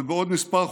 ובעוד כמה חודשים,